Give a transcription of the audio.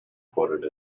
quoted